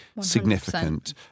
significant